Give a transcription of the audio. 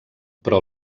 però